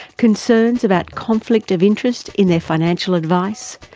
concerns about conflict of interest in their financial advice,